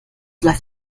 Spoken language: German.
läuft